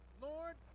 lord